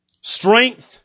Strength